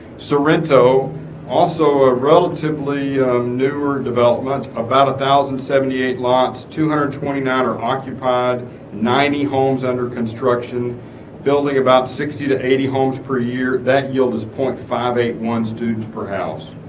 sorento also a relatively newer development about a thousand seventy eight lots two hundred and twenty nine or occupied ninety homes under construction building about sixty to eighty homes per year that yield is point five eight one students per house